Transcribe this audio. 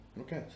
Okay